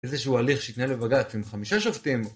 איזה שהוא הליך שהתנהל בבג"ץ עם חמישה שופטים